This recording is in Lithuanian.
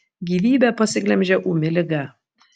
gyvybę pasiglemžė ūmi liga